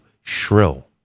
shrill